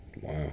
Wow